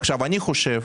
עכשיו, אני חושב